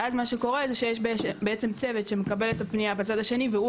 ואז מה שקורה זה שיש בעצם צוות שמקבל את הפנייה בצד השני ולו,